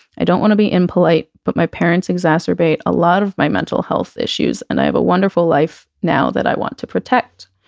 i don't want to be impolite, but my parents exacerbate a lot of my mental health issues and i have a wonderful life now that i want to protect.